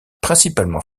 principalement